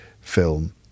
film